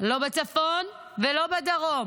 לא בצפון ולא בדרום.